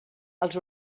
els